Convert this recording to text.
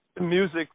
music